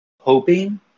hoping